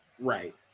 Right